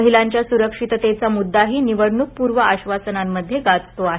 महिलांच्या स्रक्षिततेचा मुद्दाही निवडणुकपूर्व आश्वासनांमध्ये गाजतो आहे